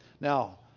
Now